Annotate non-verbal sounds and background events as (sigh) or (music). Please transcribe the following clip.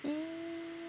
(noise)